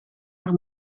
haar